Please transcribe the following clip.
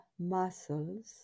muscles